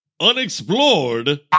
unexplored